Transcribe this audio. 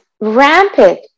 rampant